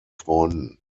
freunden